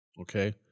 Okay